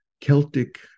Celtic